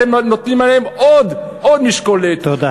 אתם נותנים עליהם עוד משקולת, תודה.